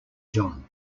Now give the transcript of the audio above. john